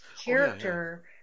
character